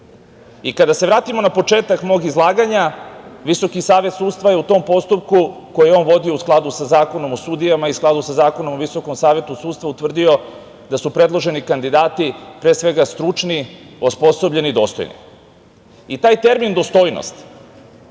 kada se vratimo na početak mog izlaganja, Visoki savet sudstva je u tom postupku koji je on vodio, u skladu sa Zakonom o sudijama i u skladu sa Zakonom o Visokom savetu sudstva, utvrdio da su predloženi kandidati pre svega stručni, osposobljeni i dostojni. Taj termin "dostojnost"